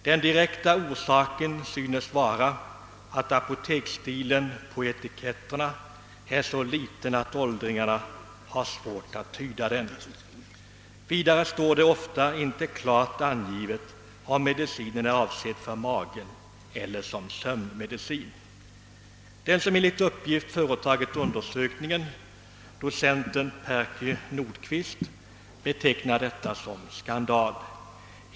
Den direkta orsaken synes vara att apoteksstilen på etiketterna är så liten att åldringarna har svårt att tyda den. Vidare står det ofta inte klart angivet om medicinen är avsedd för magen eller som sömnmedel. Den som enligt uppgift företagit undersökningen, docent Percy Nordqvist, betecknar detta som skandal.